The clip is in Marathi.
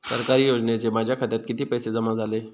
सरकारी योजनेचे माझ्या खात्यात किती पैसे जमा झाले?